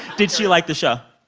did she like the show?